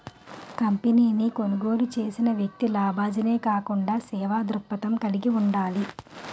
కంపెనీని కొనుగోలు చేసిన వ్యక్తి లాభాజనే కాకుండా సేవా దృక్పథం కలిగి ఉండాలి